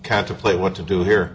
contemplate what to do here